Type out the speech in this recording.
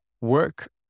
work